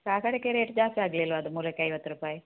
ಕಾಕಡಕ್ಕೆ rate ಜಾಸ್ತಿ ಆಗಲಿಲ್ವಾ ಅದು ಮೊಳಕ್ ಐವತ್ತು ರುಪಾಯ್